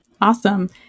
Awesome